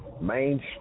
Main